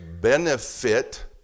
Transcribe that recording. benefit